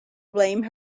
blame